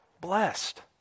blessed